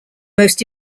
most